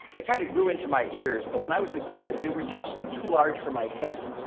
i kind of grew into my ears, but when i was a kid they were just too large for my head.